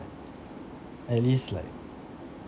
at least like